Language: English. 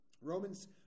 Romans